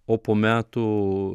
o po metų